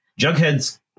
Jughead's